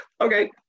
okay